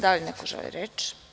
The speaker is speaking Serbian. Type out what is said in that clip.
Da li neko želi reč?